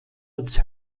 als